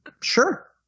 Sure